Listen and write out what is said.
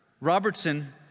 Robertson